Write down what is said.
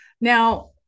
now